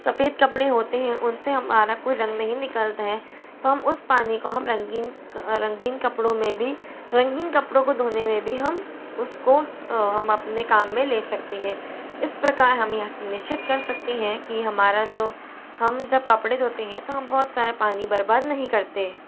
सफ़ेद कपड़े होते हैं उन से हमारा कोई रंग नहीं निकलता है तो हम उस पानी को हम रंगीन रंगीन कपड़ों में भी रंगीन कपड़ों को धोने में भी हम उसको हम अपने काम में ले सकते हैं इस प्रकार हम यह सुनिश्चित कर सकते हैं कि हमारा जो हम जब कपड़े धोते हैं तो हम बहुत सारा पानी बर्बाद नहीं करते